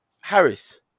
Harris